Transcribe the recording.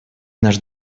наш